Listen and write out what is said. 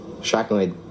shockingly